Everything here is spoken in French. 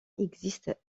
existe